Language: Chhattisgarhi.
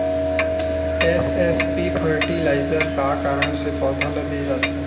एस.एस.पी फर्टिलाइजर का कारण से पौधा ल दे जाथे?